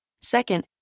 Second